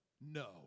No